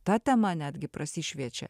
ta tema netgi prasišviečia